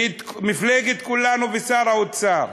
ואת מפלגת כולנו, ושר האוצר: